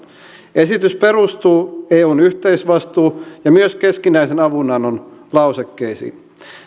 esitys perustuu eun yhteisvastuu ja myös keskinäisen avunannon lausekkeisiin